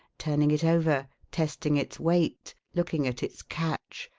turning it over, testing its weight, looking at its catch,